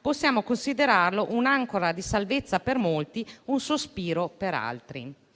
possiamo considerare come un'ancora di salvezza per molti e un sospiro di